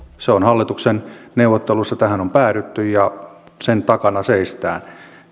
hallituksen neuvotteluissa tähän on päädytty ja sen takana seistään